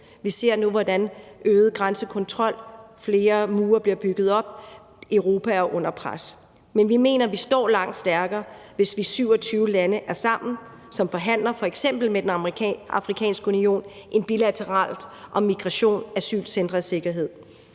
Vi ser nu øget grænsekontrol, og at flere mure bliver bygget op. Europa er under pres. Men vi mener, at vi står langt stærkere, hvis vi 27 lande er sammen og forhandler f.eks. med Den Afrikanske Union om migration, asylcentre og sikkerhed,